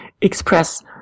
express